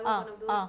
ah ah